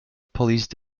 police